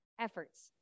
efforts